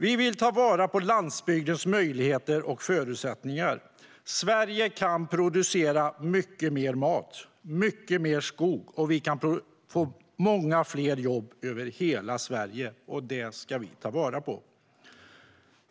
Vi vill ta vara på landsbygdens möjligheter och förutsättningar. Sverige kan producera mycket mer mat, mycket mer skog och många fler jobb över hela Sverige. Det ska vi ta vara på.